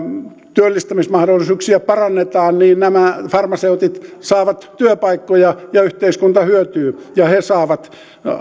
työllistämismahdollisuuksia parannetaan niin nämä farmaseutit saavat työpaikkoja ja yhteiskunta hyötyy ja he saavat